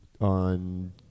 on